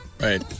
Right